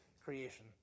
creation